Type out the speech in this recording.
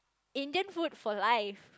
Indian food for life